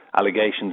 allegations